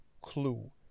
clue